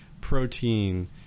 protein